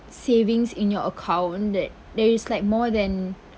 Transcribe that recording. savings in your account that there is like more than